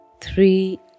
three